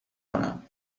کنم